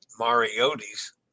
Mariotti's